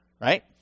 right